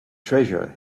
treasure